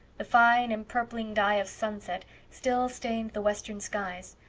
the fine, empurpling dye of sunset still stained the western skies,